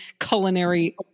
culinary